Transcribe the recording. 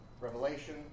revelation